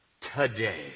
Today